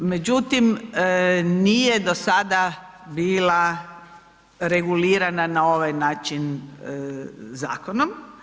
Međutim, nije do sada bila regulirana na ovaj način zakonom.